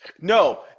No